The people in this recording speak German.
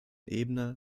ebner